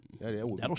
That'll